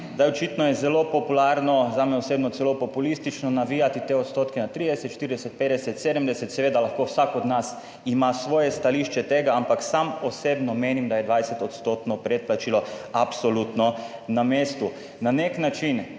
Zdaj očitno je zelo popularno, zame osebno celo populistično navijati te odstotke na 30, 40, 50, 70, seveda lahko vsak od nas ima svoje stališče tega, ampak sam osebno menim, da je 20 % predplačilo absolutno na mestu. Na nek način